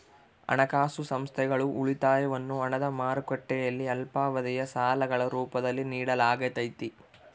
ಹಣಕಾಸು ಸಂಸ್ಥೆಗಳು ಉಳಿತಾಯವನ್ನು ಹಣದ ಮಾರುಕಟ್ಟೆಯಲ್ಲಿ ಅಲ್ಪಾವಧಿಯ ಸಾಲಗಳ ರೂಪದಲ್ಲಿ ನಿಡಲಾಗತೈತಿ